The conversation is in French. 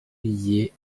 riait